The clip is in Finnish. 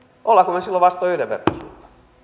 olemmeko me silloin vastoin yhdenvertaisuutta